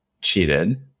cheated